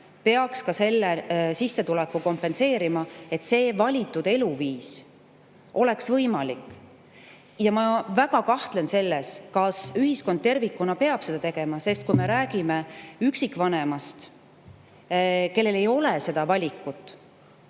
peaks ka selle kompenseerima, et see valitud eluviis oleks võimalik. Ja ma väga kahtlen selles, kas ühiskond tervikuna peab seda tegema, sest kui me räägime üksikvanemast, kellel ei ole seda valikut,